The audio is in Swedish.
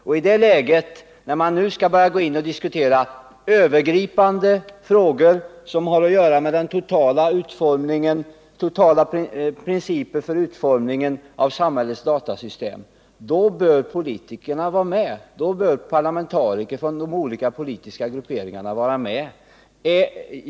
I det läget, när man nu skall börja diskutera övergripande frågor som har att göra med principer för den totala utformningen av samhällets datasystem, bör politikerna och parlamentarikerna från de olika politiska grupperingarna vara med.